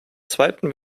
zweiten